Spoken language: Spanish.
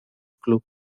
club